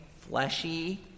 fleshy